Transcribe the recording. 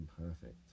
imperfect